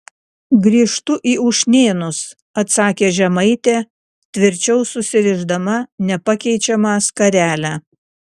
grįžtu į ušnėnus atsakė žemaitė tvirčiau susirišdama nepakeičiamą skarelę